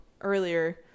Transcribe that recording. earlier